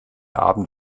abend